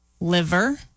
liver